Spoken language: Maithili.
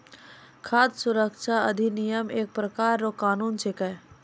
खाद सुरक्षा अधिनियम एक प्रकार रो कानून छिकै